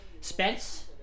Spence